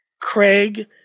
Craig